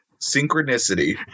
Synchronicity